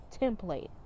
template